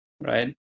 right